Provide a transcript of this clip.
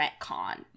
retcon